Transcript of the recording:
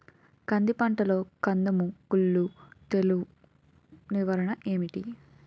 కంది పంటలో కందము కుల్లు తెగులు నివారణ ఏంటి?